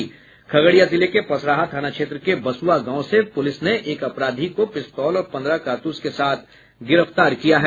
खगड़िया जिले के पसराहा थाना क्षेत्र के बसुआ गांव से पुलिस ने एक अपराधी को पिस्तौल और पंद्रह कारतूस के साथ गिरफ्तार किया है